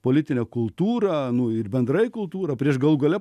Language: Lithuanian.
politinę kultūrą nu ir bendrai kultūrą prieš galų gale